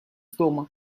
дома